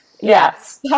Yes